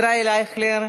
ישראל אייכלר,